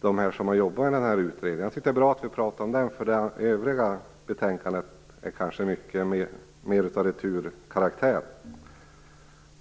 dem som har jobbat i utredningen. Jag tycker att det är bra att vi pratar om den. Övriga delar av betänkandet är mer av returkaraktär.